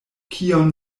kion